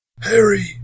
Harry